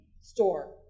store